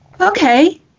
Okay